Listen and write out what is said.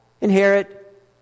inherit